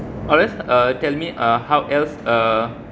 otherwise uh tell me uh how else uh